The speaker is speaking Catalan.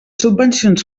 subvencions